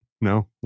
no